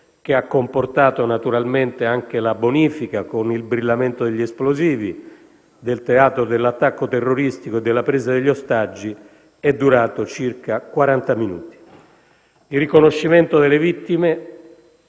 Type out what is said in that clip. che ha comportato naturalmente anche la bonifica (con il brillamento degli esplosivi) del teatro dell'attacco terroristico e della presa degli ostaggi, è durata circa quaranta minuti. Il riconoscimento delle vittime